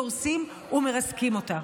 דורסים ומרסקים אותה?